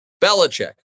Belichick